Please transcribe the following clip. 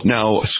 Now